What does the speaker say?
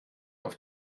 auf